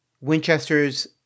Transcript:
Winchester's